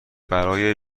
برای